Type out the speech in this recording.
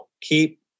keep